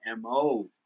MO